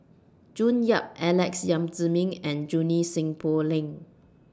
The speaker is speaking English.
June Yap Alex Yam Ziming and Junie Sng Poh Leng